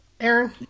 Aaron